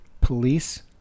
Police